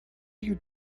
you